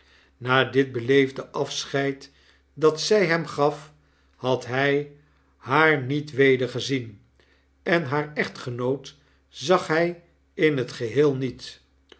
na dit beleefde afscheid dat zj hem gaf had hy haar niet wedergezien en haar echtgenoot zag hij in het geheel niet